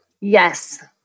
Yes